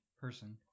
person